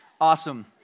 Awesome